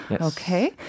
okay